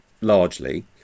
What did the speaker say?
largely